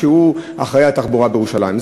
שהוא אחראי לתחבורה בירושלים.